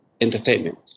entertainment